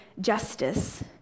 justice